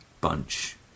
bunch